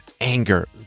anger